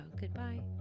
goodbye